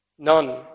None